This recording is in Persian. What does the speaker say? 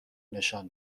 نشان